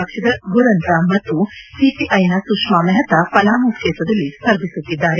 ಪಕ್ಷದ ಗುರನ್ ರಾಮ್ ಹಾಗೂ ಸಿಪಿಐನ ಸುಷ್ಮಾ ಮೆಹ್ತಾ ಪಲಾಮು ಕ್ಷೇತ್ರದಲ್ಲಿ ಸ್ವರ್ಧಿಸುತ್ತಿದ್ದಾರೆ